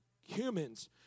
humans